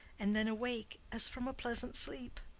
and then awake as from a pleasant sleep.